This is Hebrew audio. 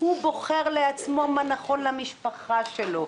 הוא בוחר לעצמו מה נכון למשפחה שלו,